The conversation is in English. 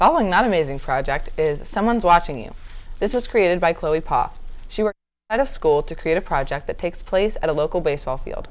out amazing project is someone's watching you this was created by chloe pop she worked at a school to create a project that takes place at a local baseball field